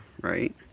right